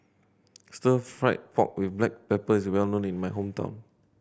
Stir Fried Pork With Black Pepper is well known in my hometown